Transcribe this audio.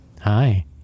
Hi